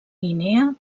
guinea